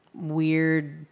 weird